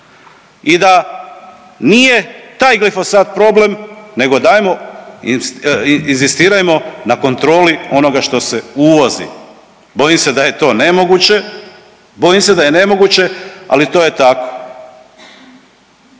i da nije taj glifosat problem nego dajmo inzistirajmo na kontroli onoga što se uvozi. Bojim se da je to nemoguće, bojim se da